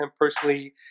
personally